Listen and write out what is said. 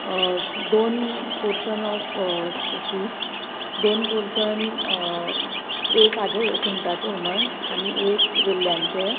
दोन portion of sheet दोन portion एक हाजे सुंगटाचे हूमण आनी एक वेल्यांचे